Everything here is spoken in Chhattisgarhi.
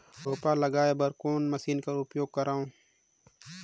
रोपा लगाय बर कोन मशीन कर उपयोग करव?